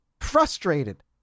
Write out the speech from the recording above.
frustrated